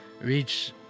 reach